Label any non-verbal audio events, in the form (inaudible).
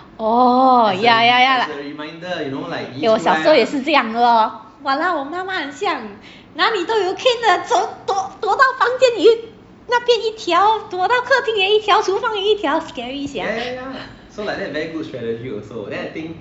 oh ya ya ya lah eh 我小时候也是这样的 lor !walao! 我妈妈很像哪里都有 cane 的走躲躲到房间里那边一条躲到客厅也一条厨房也一条 scary sia (laughs)